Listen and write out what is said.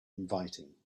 inviting